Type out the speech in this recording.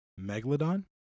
Megalodon